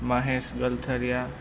Mahesh Galthariya